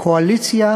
הקואליציה